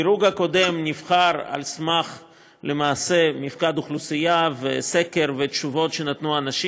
הדירוג הקודם נבחר על סמך מפקד אוכלוסייה וסקר ותשובות שנתנו האנשים,